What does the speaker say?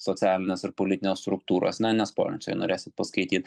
socialinės ir politinės struktūros na nespoilinsiu jei norėsit paskaityt